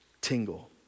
tingle